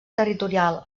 territorial